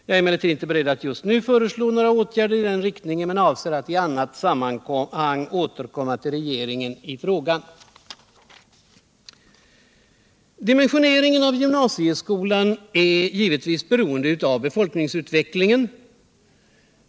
Jag är emellertid inte beredd att just nu föreslå några åtgärder i den riktningen men avser att i annat sammanhang återkomma till regeringen i frågan. Dimensioneringen av gymnasieskolan är givetvis beroende av befolkningsutvecklingen.